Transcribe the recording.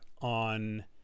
on